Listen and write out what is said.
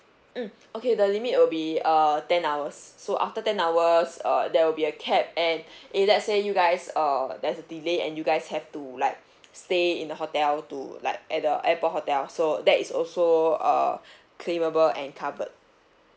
mm okay the limit will be err ten hours so after ten hours uh there will be a cap and if let's say you guys err there's a delay and you guys have to like stay in the hotel to like at the airport hotels so that is also err claimable and covered